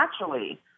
Naturally